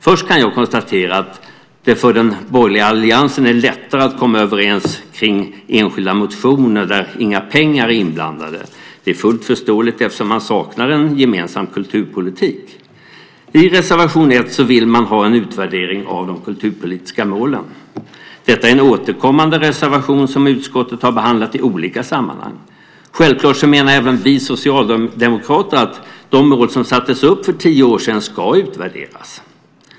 Först kan jag konstatera att det för den borgerliga alliansen är lättare att komma överens om enskilda motioner där inga pengar är inblandade. Det är fullt förståeligt eftersom man saknar en gemensam kulturpolitik. I reservation 1 vill man ha en utvärdering av de kulturpolitiska målen. Detta är en återkommande reservation som utskottet har behandlat i olika sammanhang. Självklart menar även vi socialdemokrater att de mål som sattes upp för tio år sedan ska utvärderas.